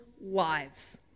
lives